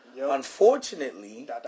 Unfortunately